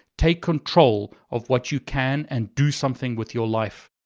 take control of what you can and do something with your life.